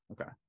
okay